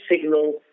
signal